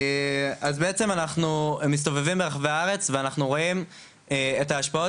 אז בעצם אנחנו מסתובבים ברחבי הארץ ואנחנו רואים את ההשפעות